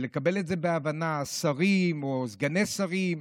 ולקבל את זה בהבנה: השרים או סגני שרים,